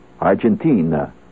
Argentina